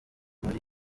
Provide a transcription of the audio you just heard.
muri